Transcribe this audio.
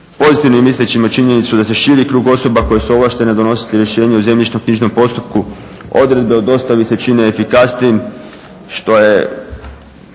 Pozitivnim ističemo činjenicu da se širi krug osoba koje su ovlaštene donositi rješenje u zemljišno-knjižnom postupku, odredbe o dostavi se čine efikasnijim što je